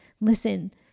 listen